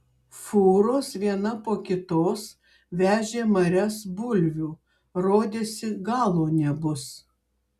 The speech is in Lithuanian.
fūros viena po kitos vežė marias bulvių rodėsi galo nebus